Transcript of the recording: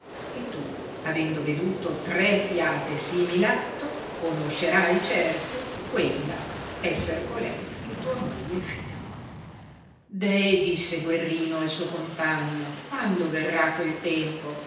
e tu avendo veduto tre fiate simil atto conoscerai certo quella esser colei che tua moglie fia deh disse guerrino al suo compagno quando verrà quel tempo